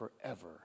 forever